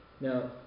Now